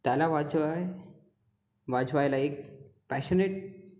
त्याला वाजवाय वाजवायला एक पॅशनेट